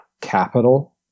capital